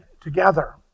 together